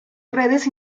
redes